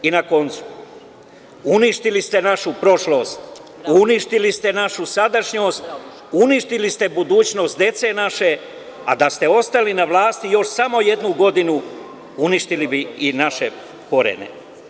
I na koncu, uništili ste našu prošlost, uništili ste našu sadašnjost, uništili ste budućnost dece naše, a da ste ostali na vlasti još samo jednu godinu, uništili bi i naše korene.